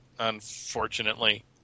Unfortunately